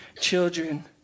children